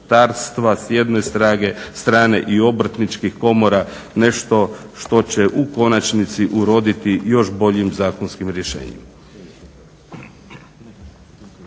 s jedne strane i obrtničkih komora nešto što će u konačnici uroditi još boljim zakonskim rješenjem.